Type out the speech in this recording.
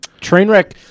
Trainwreck